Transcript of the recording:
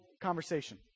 conversation